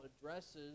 addresses